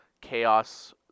chaos